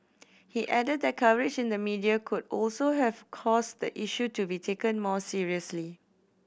he added that coverage in the media could also have caused the issue to be taken more seriously